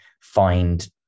find